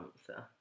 answer